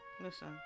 Listen